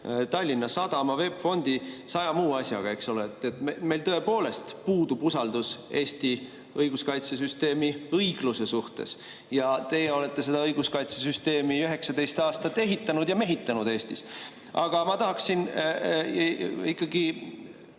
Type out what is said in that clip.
Tallinna Sadama, VEB Fondi, saja muu asjaga, eks ole. Meil tõepoolest puudub usaldus Eesti õiguskaitsesüsteemi õigluse vastu ja teie olete seda õiguskaitsesüsteemi 19 aastat ehitanud ja mehitanud Eestis. Aga ma tahaksin ikkagi